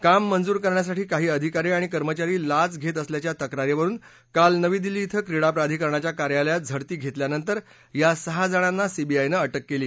काम मंजुर करण्यासाठी काही अधिकारी आणि कर्मचारी लाच घेत असल्याच्या तक्रारीवरुन काल नवी दिल्ली इथं क्रीडा प्राधिकरणाच्या कार्यालयात झडती घेतल्यानंतर या सहाजणांना सीबीआयनं अटक केली